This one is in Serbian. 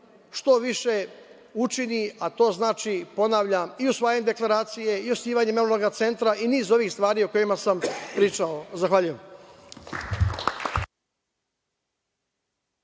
što više učini, a to znači, ponavljam, i usvajanjem deklaracije i osnivanjem memorijalnog centra i niz ovih stvari o kojima sam pričao. Zahvaljujem.